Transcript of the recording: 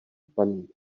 paní